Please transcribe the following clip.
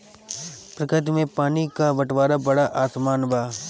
प्रकृति में पानी क बंटवारा बड़ा असमान बा